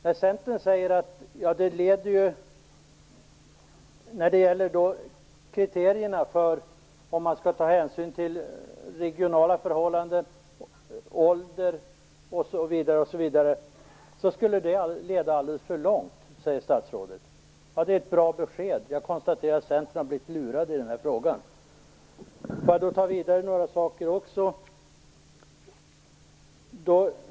När det gäller kriterierna att ta hänsyn till regionala förhållanden, ålder osv. skulle det leda alldeles för långt, säger statsrådet. Det är ett bra besked. Jag konstaterar att Centern har blivit lurad i den här frågan. Jag skall ta upp ytterligare några saker.